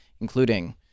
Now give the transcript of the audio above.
including